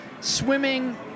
swimming